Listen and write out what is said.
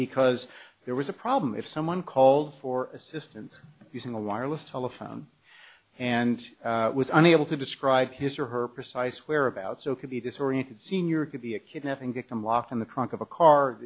because there was a problem if someone called for assistance using a wireless telephone and was unable to describe his or her precise whereabouts so could be disoriented senior could be a kidnapping victim locked in the trunk of a car